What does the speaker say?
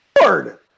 Lord